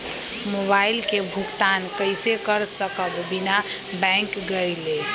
Mobile के भुगतान कईसे कर सकब बिना बैंक गईले?